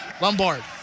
Lombard